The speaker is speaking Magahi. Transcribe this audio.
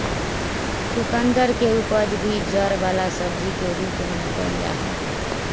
चुकंदर के उपज भी जड़ वाला सब्जी के रूप में कइल जाहई